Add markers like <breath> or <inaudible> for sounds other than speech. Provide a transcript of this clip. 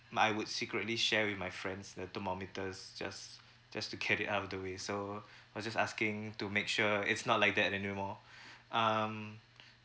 I would secretly share with my friends the thermometer just just just to get it out of the way so I just asking to make sure it's not like that anymore <breath> um